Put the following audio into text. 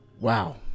Wow